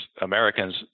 Americans